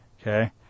Okay